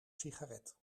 sigaret